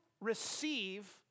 receive